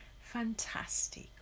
fantastic